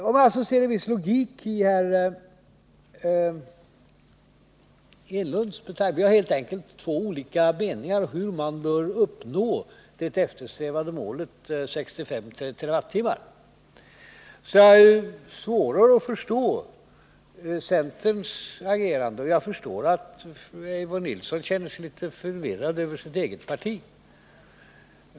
Om man alltså ser en viss logik i Eric Enlunds tal om att vi här har två olika meningar om hur man bör uppnå det eftersträvade målet på 65 TWh så har jag svårare att förstå centerns agerande, och jag förstår att Eivor Nilson känner sig litet förvirrad över sitt eget parti.